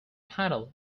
handle